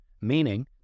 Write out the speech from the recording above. meaning